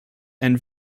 and